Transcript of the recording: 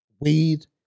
Weed